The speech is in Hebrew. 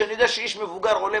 כשאני יודע שאיש מבוגר עולה